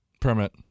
Permit